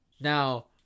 Now